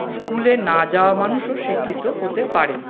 স্কুলে না যাওয়া মানুষও শিক্ষিত হতে পারে